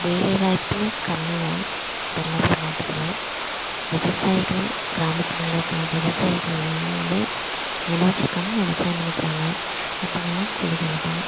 வேலைவாய்ப்பு கம்மிதான் தருமபுரி மாவட்டத்தில் விவசாயிகள் கிராமப்புறங்களில் இருக்க விவசாயிகள் வந்து நிலம் வெச்சுருக்காங்க விவசாயம் பண்ணிக்கிறாங்க மற்றவங்கெல்லாம் கூலி வேலைதான்